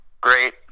Great